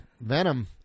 Venom